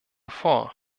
vor